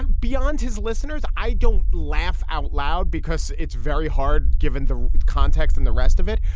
beyond his listeners, i don't laugh out loud because it's very hard given the context in the rest of it.